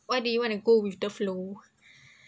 what do you want to go with the flow